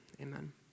Amen